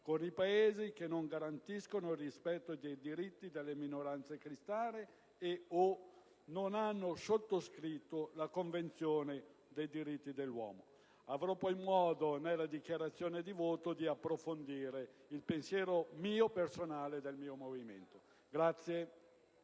con i Paesi che non garantiscono il rispetto dei diritti delle minoranze cristiane e/o non hanno sottoscritto la Convenzione dei diritti dell'uomo. Avrò poi modo nella dichiarazione di voto di approfondire il mio pensiero personale e quello del mio movimento.